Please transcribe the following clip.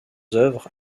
œuvres